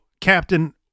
Captain